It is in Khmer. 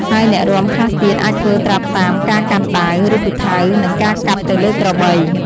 ហើយអ្នករាំខ្លះទៀតអាចធ្វើត្រាប់តាមការកាន់ដាវ ឬពូថៅ និងការកាប់ទៅលើក្របី។